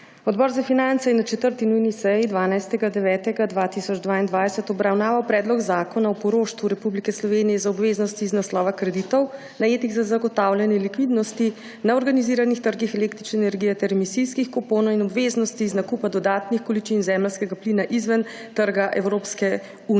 Odbor za finance je na 4. nujni seji 12. 9. 2022 obravnaval Predlog zakona o poroštvu Republike Slovenije za obveznosti iz naslova kreditov, najetih za zagotavljanje likvidnosti na organiziranih trgih električne energije ter emisijskih kuponov in obveznosti iz nakupa dodatnih količin zemeljskega plina izven trga